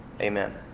Amen